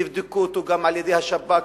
יבדקו אותו גם על-ידי השב"כ,